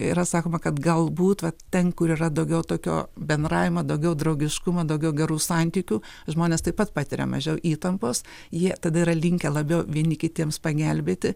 yra sakoma kad galbūt va ten kur yra daugiau tokio bendravimo daugiau draugiškumo daugiau gerų santykių žmonės taip pat patiria mažiau įtampos jie tada yra linkę labiau vieni kitiems pagelbėti